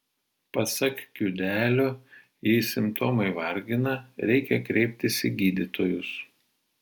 pasak kiudelio jei simptomai vargina reikia kreiptis į gydytojus